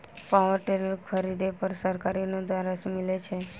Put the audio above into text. Power tiller खरीदे पर सरकारी अनुदान राशि मिलय छैय?